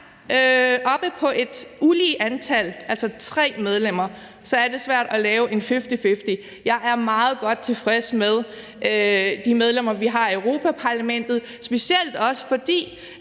op på et ulige antal, altså tre medlemmer, er det svært at få det til at blive fifty-fifty. Jeg er meget godt tilfreds med de medlemmer, vi har i Europa-Parlamentet, specielt også fordi